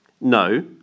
No